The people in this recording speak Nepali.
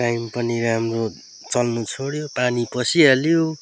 टाइम पनि राम्रो चल्नु छोड्यो पानी पसिहाल्यो